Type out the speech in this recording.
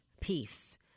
peace